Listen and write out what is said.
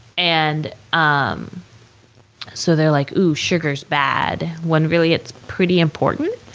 and um so they're like, ooh sugar's bad, when really, it's pretty important.